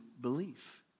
belief